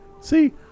See